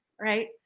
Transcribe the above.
right